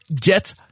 Get